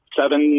seven